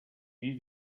wie